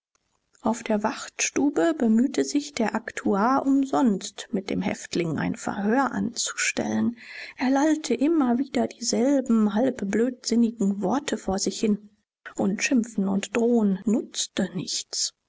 auf der wachtstube bemühte sich der aktuar umsonst mit dem häftling ein verhör anzustellen er lallte immer wieder dieselben halb blödsinnigen worte vor sich hin und schimpfen und drohen nutzte nichts